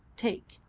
take.